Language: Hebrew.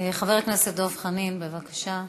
חבר הכנסת דב חנין, בבקשה.